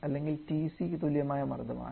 അല്ലെങ്കിൽ TC തുല്യമായ മർദ്ദമാണ്